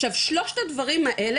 עכשיו שלושת הדברים האלה,